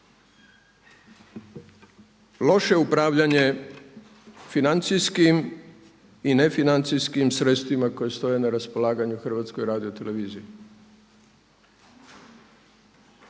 loše upravljanje financijskim i nefinancijskim sredstvima koje stoje na raspolaganju HRT-u, da će učiniti